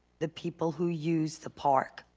the people who use the park,